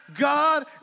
God